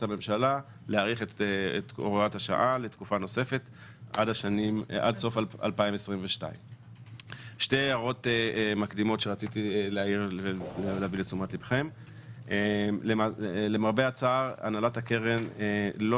הממשלה להאריך את הוראת הממשלה עד סוף 2022. הנהלת הקרן,